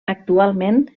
actualment